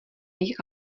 jich